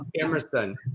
Emerson